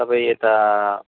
तपाईँ यता